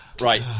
Right